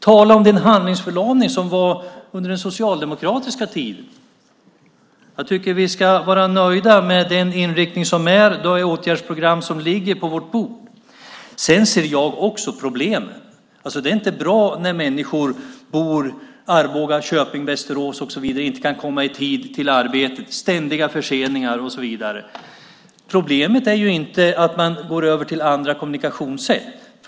Tala om den handlingsförlamning som var under den socialdemokratiska tiden! Jag tycker att vi ska vara nöjda med den inriktning som finns och de åtgärdsprogram som ligger på vårt bord. Men jag ser också problemen. Det är inte bra när människor som bor i Arboga, Köping, Västerås och så vidare inte kan komma i tid till arbetet på grund av ständiga förseningar. Problemet är inte att man går över till andra kommunikationssätt.